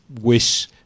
wish